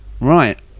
Right